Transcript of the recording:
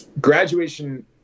graduation